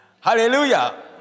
Hallelujah